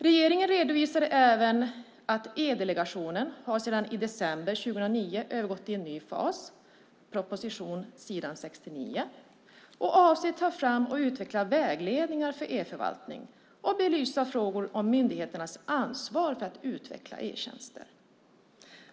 Regeringen redovisar även att E-delegationen har sedan i december 2009 övergått i en ny fas. Det framgår av propositionen på s. 69. Man avser att ta fram och utveckla vägledningar för e-förvaltning och belysa frågor om myndigheternas ansvar för att utveckla e-tjänster.